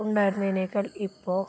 ഉണ്ടായിരുന്നതിനേക്കാൾ ഇപ്പോള്